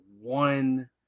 one